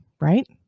Right